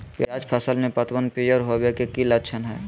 प्याज फसल में पतबन पियर होवे के की लक्षण हय?